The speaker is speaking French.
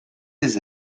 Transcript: les